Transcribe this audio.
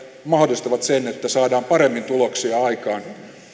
mahdollistavat sen että saadaan paremmin tuloksia aikaan